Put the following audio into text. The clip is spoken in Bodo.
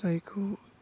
जायखौ